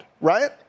right